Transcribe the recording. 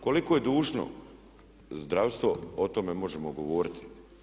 Koliko je dužno zdravstvo o tome možemo govoriti.